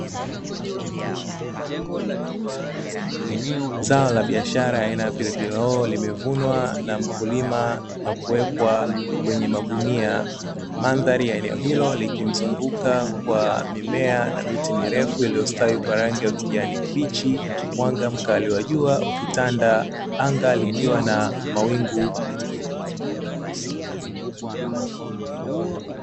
Zao la biashara aina ya pilipili hoho limevunwa na mkulima na kuwekwa kwenye magunia, mandhari ya eneo hilo likimzunguka kwa mimea na miti mirefu iliyostawi kwa rangi ya kijani kibichi, mwanga mkali wa jua ukitanda anga likiwa na mawingu.